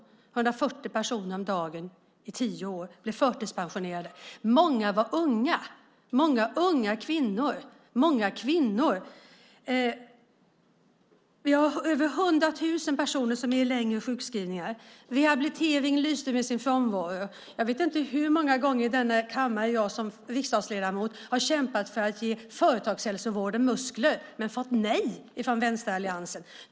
140 personer om dagen under tio år blev förtidspensionerade. Många var unga och många kvinnor. Vi har över 100 000 personer som är i längre sjukskrivningar. Rehabilitering lyste med sin frånvaro. Jag vet inte hur många gånger i denna kammare jag som riksdagsledamot har kämpat för att ge företagshälsovården muskler men fått nej från vänsteralliansen.